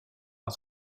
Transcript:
par